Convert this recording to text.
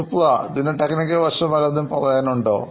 സുപ്ര ഇതിൻറെ ടെക്നിക്കൽ വശം വല്ലതും പറയാനുണ്ടോ